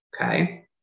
Okay